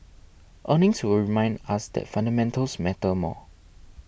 earnings will remind us that fundamentals matter more